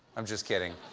i'm just kidding.